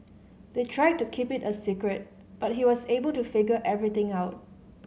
they tried to keep it a secret but he was able to figure everything out